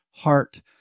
heart